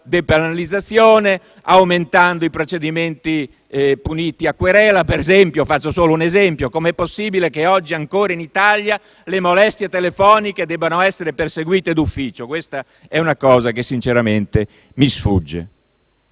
depenalizzazione; aumentando i procedimenti puniti a querela. Faccio solo un esempio: com'è possibile che oggi ancora in Italia le molestie telefoniche debbano essere perseguite d'ufficio? Questa è una cosa che sinceramente mi sfugge.